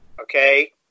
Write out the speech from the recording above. okay